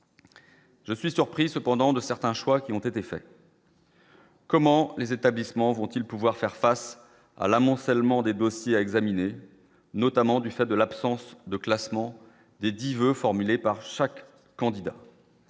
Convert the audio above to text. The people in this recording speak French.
Je suis surpris, cependant, de certains choix qui ont été faits. Comment les établissements vont-ils pouvoir faire face à l'amoncellement des dossiers à examiner notamment du fait de l'absence de classement des dix voeu formulé par chaque candidat.